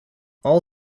all